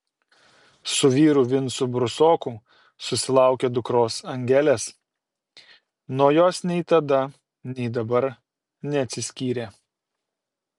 su vyru vincu brusoku susilaukė dukros angelės nuo jos nei tada nei dabar neatsiskyrė